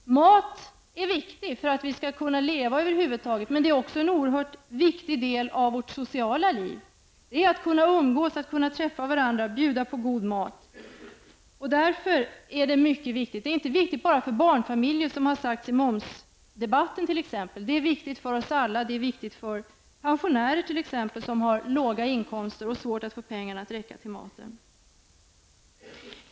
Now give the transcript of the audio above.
Det är nödvändigt att få mat för att över huvud taget kunna överleva, men mat är också en oerhört betydelsefull del av vårt sociala liv. Vi vill umgås, träffa människor och bjuda på god mat. Hyggliga matpriser är således inte bara något viktigt för barnfamiljer, vilket det har påståtts i momsdebatten. Även pensionärer behöver köpa mat till rimliga priser för att få pengarna att räcka till.